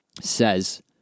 says